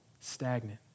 Stagnant